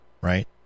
right